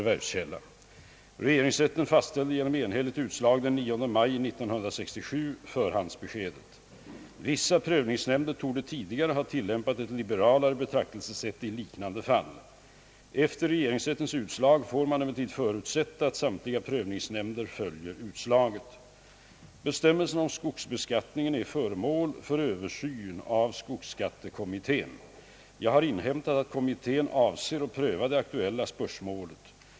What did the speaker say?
Vissa prövningsnämnder torde tidigare ha tillämpat ett liberalare betraktelsesätt i liknande fall. Efter regeringsrättens utslag får man emellertid förutsätta att samtliga prövningsnämnder följer utslaget. Bestämmelserna om skogsbeskattningen är föremål för översyn av skogsskattekommittén. Jag har inhämtat att kommittén avser att pröva det aktuella spörsmålet.